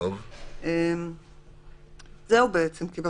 מי זה